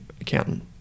accountant